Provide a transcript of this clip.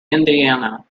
indiana